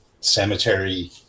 cemetery